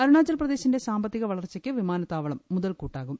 അരുണാചൽ പ്രദേശിന്റെ സാമ്പത്തിക വളർച്ചയ്ക്ക് വിമാനത്താവളം മുതൽക്കൂട്ടാകും